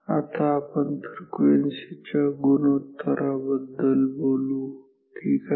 आता आपण फ्रिक्वेन्सी च्या गुणोत्तर बद्दल बोलू ठीक आहे